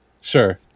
sure